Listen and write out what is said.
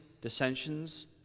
dissensions